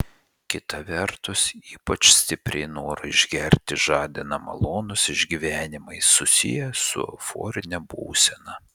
kita vertus ypač stipriai norą išgerti žadina malonūs išgyvenimai susiję su euforine būsena